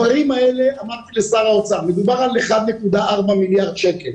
אמרתי לשר האוצר, מדובר ב-1.4 מיליארד שקל.